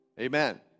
Amen